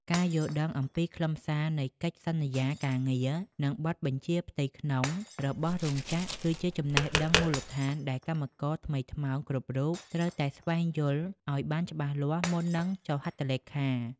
ការយល់ដឹងអំពីខ្លឹមសារនៃកិច្ចសន្យាការងារ និងបទបញ្ជាផ្ទៃក្នុងរបស់រោងចក្រ គឺជាចំណេះដឹងមូលដ្ឋានដែលកម្មករថ្មីថ្មោងគ្រប់រូបត្រូវតែស្វែងយល់ឱ្យបានច្បាស់លាស់មុននឹងចុះហត្ថលេខា។